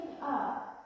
up